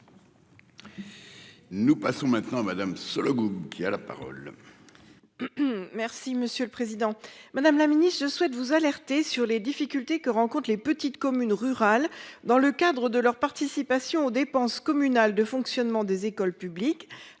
Nous passons maintenant Madame Sollogoub qui a la parole. Merci, monsieur le Président Madame la Ministre je souhaite vous alerter sur les difficultés que rencontrent les petites communes rurales, dans le cadre de leur participation aux dépenses communales de fonctionnement des écoles publiques